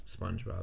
Spongebob